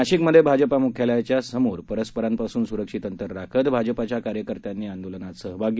नाशिकमध्ये भाजपा मुख्यालयाच्या समोर परस्परांपासून सुरक्षित अंतर राखत भाजपाच्या कार्यकर्त्यांनी आंदोलनात सहाभाग दिला